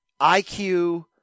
IQ